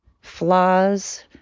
flaws